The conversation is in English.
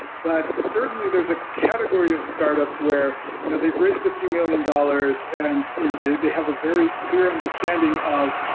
but certainly there is a category of startups where you know they've raised a few million dollars and you know they they have a very clear understanding of,